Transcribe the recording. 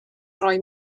roi